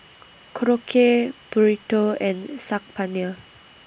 Korokke Burrito and Saag Paneer